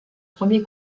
premier